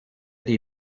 die